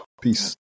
Peace